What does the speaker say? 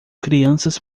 crianças